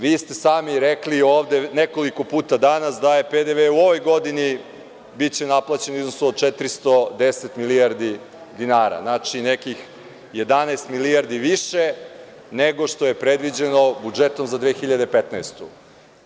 Vi ste sami rekli ovde nekoliko puta danas da je PDV u ovoj godini, biće naplaćeni u iznosu od 410 milijardi dinara, znači nekih 11 milijardi više nego što je predviđeno budžetom za 2015. godinu.